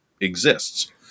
exists